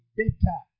better